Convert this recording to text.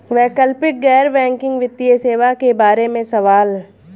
वैकल्पिक गैर बैकिंग वित्तीय सेवा के बार में सवाल?